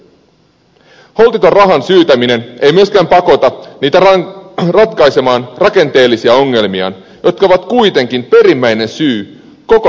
holtiton rahan syytäminen ei myöskään pakota niitä ratkaisemaan rakenteellisia ongelmiaan jotka ovat kuitenkin perimmäinen syy koko tilanteeseen